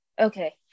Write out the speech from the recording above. okay